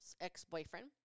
ex-boyfriend